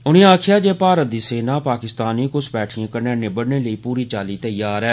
उनें आक्खेआ जे भारत दी सेना पाकिस्तानी घुसपैठिएं कन्नै निब्बड़ने लेई पूरी चाल्ली तैयार ऐ